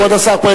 כבוד השר,